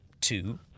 two